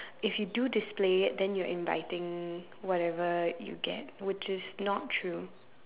if you do display it then you're inviting whatever you get which is not true